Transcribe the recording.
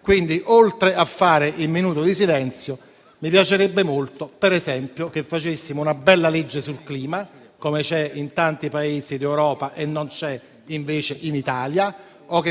quindi, oltre a osservare il minuto di silenzio, mi piacerebbe molto per esempio fare una bella legge sul clima - come c'è in tanti Paesi d'Europa e non c'è invece in Italia - o